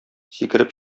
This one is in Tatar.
сикереп